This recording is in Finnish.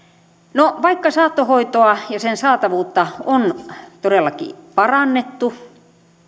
no vaikka saattohoitoa ja sen saatavuutta on todellakin parannettu